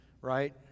right